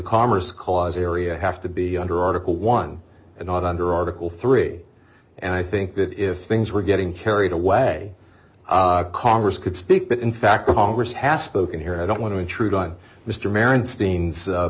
commerce clause area have to be under article one and not under article three and i think that if things were getting carried away congress could speak that in fact the congress has spoken here i don't want to intrude on mr